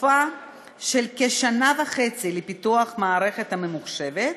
תקופה של כשנה וחצי לפיתוח המערכת הממוחשבת,